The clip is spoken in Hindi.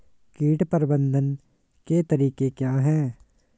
कीट प्रबंधन के तरीके क्या हैं?